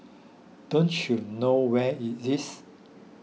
don't you know where it is